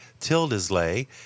Tildesley